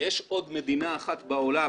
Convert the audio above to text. יש עוד מדינה אחת בעולם